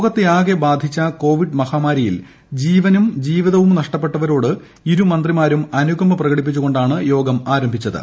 ലോകത്തെയാകെ ബാധിച്ച് ക്ടോപിഡ് മഹാമാരിയിൽ ജീവനും ജീവിതവും നഷ്ടപ്പെട്ടവുരോട്ട് ഇരു മന്ത്രിമാരും അനുകമ്പ പ്രകടിപ്പിച്ചുകൊണ്ടാണ് യോഗമാരംഭിച്ചത്